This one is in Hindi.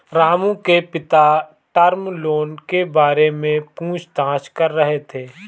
रामू के पिता टर्म लोन के बारे में पूछताछ कर रहे थे